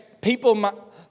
people